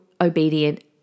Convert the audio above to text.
obedient